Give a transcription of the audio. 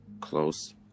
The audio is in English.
close